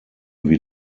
wie